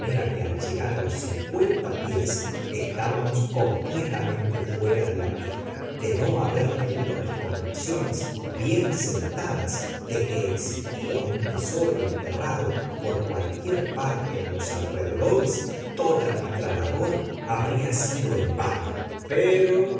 que al llegar a los cincuenta pies estábamos completamente fuera de la pista de no haber tenido mis convicciones bien sentadas de que existía un tesoro enterrado por cualquier parte en los alrededores toda nuestra labor habría sido en vano pero